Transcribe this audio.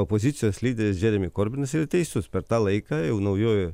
opozicijos lyderis džeremi korbinas yra teisus per tą laiką jau naujuoji